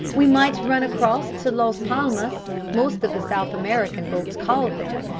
we might run across to las palmas, most of the south american boats call there,